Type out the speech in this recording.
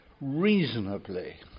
reasonably